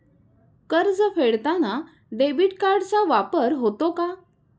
कर्ज फेडताना डेबिट कार्डचा वापर होतो का?